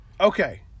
Okay